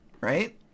right